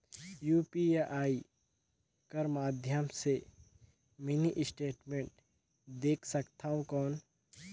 UPI कर माध्यम से मिनी स्टेटमेंट देख सकथव कौन?